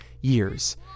years